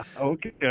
Okay